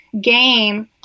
game